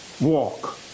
walk